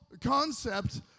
concept